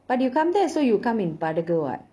but you come there you also come in படகு:padagu [what]